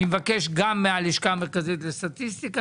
אני מבקש גם מהלשכה המרכזית לסטטיסטיקה,